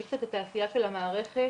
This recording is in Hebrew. דומה לאיתור שאנחנו רואים בתוך מערכת